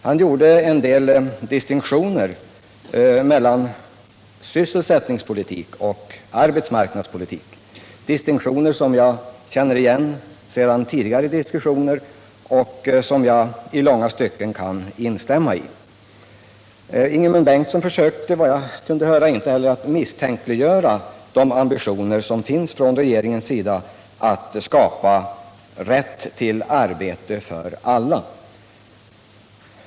Han gjorde en del distinktioner mellan sysselsättningspolitik och arbetsmarknadspolitik, distinktioner som jag känner igen sedan tidigare diskussioner och som jag i långa stycken kan instämma i. Ingemund Bengtsson försökte vad jag kunde höra inte heller att misstänkliggöra regeringens ambitioner att skapa förutsättningen att göra möjligt rätten till arbete för alla.